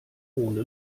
ohne